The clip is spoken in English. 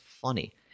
funny